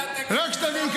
רק שתבינו.